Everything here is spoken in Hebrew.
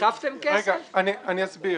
רבותיי, דודי אמסלם צודק.